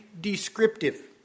descriptive